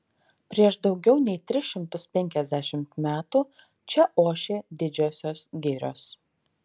prieš daugiau nei tris šimtus penkiasdešimt metų čia ošė didžiosios girios